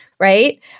right